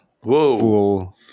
Whoa